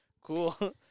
Cool